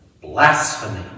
Blasphemy